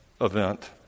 event